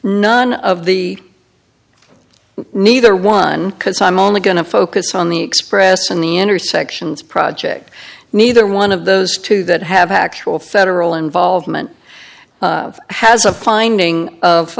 none of the neither one because i'm only going to focus on the express and the intersections project neither one of those two that have actual federal involvement has a finding of